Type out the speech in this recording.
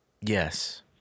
Yes